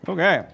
Okay